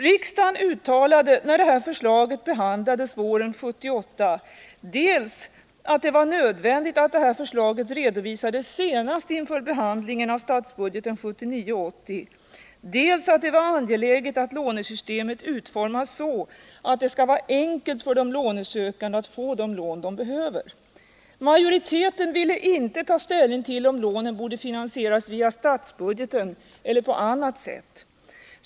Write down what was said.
Riksdagen uttalade, när detta förslag behandlades våren 1978, dels att det var nödvändigt att detta förslag redovisades senast inför behandlingen av statsbudgeten 1979/80, dels att det var angeläget att lånesystemet uformades så, att det skulle vara enkelt för de lånesökande att få de lån de behöver. Majoriteten ville inte ta ställning till om lånen borde finansieras via statsbudgeten eller på annat sätt.